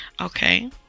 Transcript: Okay